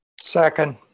Second